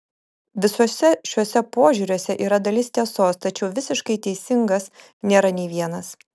visuose šiuose požiūriuose yra dalis tiesos tačiau visiškai teisingas nėra nei vienas